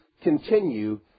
continue